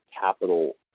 capital